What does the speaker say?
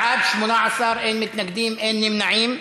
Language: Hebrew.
בעד, 18, אין מתנגדים, אין נמנעים.